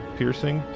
piercing